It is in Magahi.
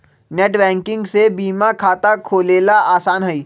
नेटबैंकिंग से बीमा खाता खोलेला आसान हई